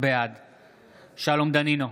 בעד שלום דנינו,